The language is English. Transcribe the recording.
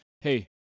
hey